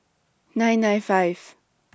nine nine five